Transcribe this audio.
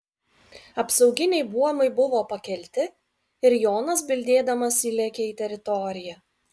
apsauginiai buomai buvo pakelti ir jonas bildėdamas įlėkė į teritoriją